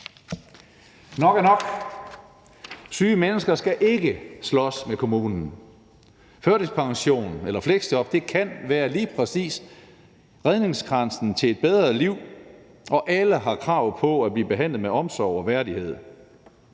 Nok er nok; syge mennesker skal ikke slås med kommunen. Førtidspension eller fleksjob kan lige præcis være redningskransen til et bedre liv. Alle har krav på at blive behandlet med omsorg og værdighed,